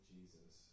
Jesus